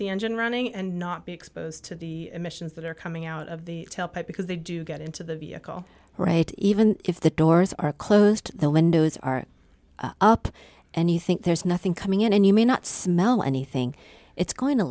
the engine running and not be exposed to the emissions that are coming out of the tailpipe because they do get into the vehicle right even if the doors are closed the windows are up and you think there's nothing coming in and you may not smell anything it's go